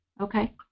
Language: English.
Okay